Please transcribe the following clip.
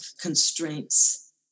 constraints